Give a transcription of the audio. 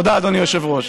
תודה, אדוני היושב-ראש.